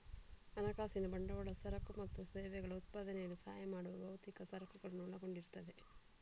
ಹಣಕಾಸಿನ ಬಂಡವಾಳ ಸರಕು ಮತ್ತು ಸೇವೆಗಳ ಉತ್ಪಾದನೆಯಲ್ಲಿ ಸಹಾಯ ಮಾಡುವ ಭೌತಿಕ ಸರಕುಗಳನ್ನು ಒಳಗೊಂಡಿರುತ್ತದೆ